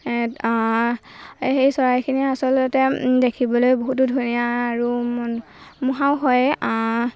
সেই চৰাইখিনি আচলতে দেখিবলৈ বহুতো ধুনীয়া আৰু মনমোহাও হয়